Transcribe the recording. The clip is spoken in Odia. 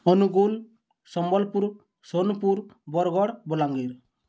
ଅନୁଗୁଲ ସମ୍ବଲପୁର ସୋନପୁର ବରଗଡ଼ ବଲାଙ୍ଗୀର